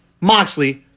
Moxley